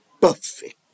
perfect